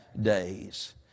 days